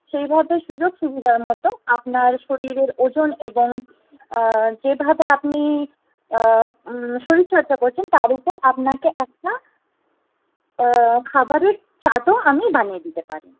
সেইভাবে সুযোগ সুবিধামতো আপনার শরীরের ওজন এবং যেভাবে আপনি শরীরচর্চা করছেন তার উপর আপনাকে একটা খাবারের চার্টও আমি বানিয়ে দিতে পারি